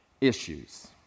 issues